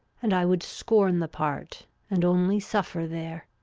and i would scorn the part and only suffer there.